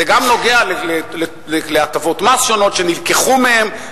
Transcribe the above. זה נוגע גם להטבות מס שונות שנלקחו מהם,